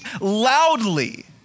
loudly